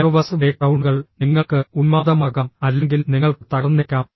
nervous ബ്രേക്ക്ഡൌണുകൾ നിങ്ങൾക്ക് ഉന്മാദമാകാം അല്ലെങ്കിൽ നിങ്ങൾക്ക് തകർന്നേക്കാം